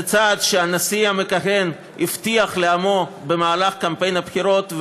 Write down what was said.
וזה צעד שהנשיא המכהן הבטיח לעמו במהלך קמפיין הבחירות,